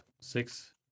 six